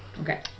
Okay